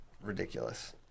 ridiculous